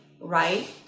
right